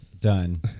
Done